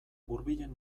hurbilen